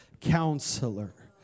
counselor